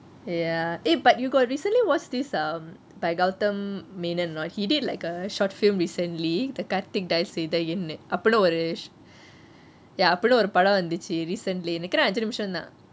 ya eh but you got recently watch this um by gautham menon not he did like a short film recently the karthik dial செய்த எண் அப்படினு ஒரு அப்படினு ஒரு படம் வந்துச்சு:seitha yenn appadinu oru appadinu oru padam vanthuchi recently நினைக்குறேன் அஞ்சு நிமிஷம்தான்:ninakuren anchu nimishemthaan